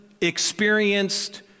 experienced